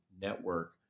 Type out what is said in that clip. network